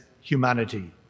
humanity